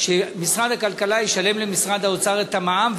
שמשרד הכלכלה ישלם למשרד האוצר את המע"מ,